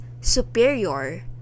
superior